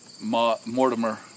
Mortimer